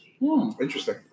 interesting